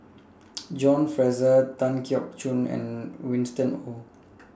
John Fraser Tan Keong Choon and Winston Oh